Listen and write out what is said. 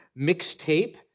mixtape